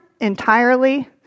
entirely